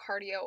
cardio